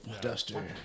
Duster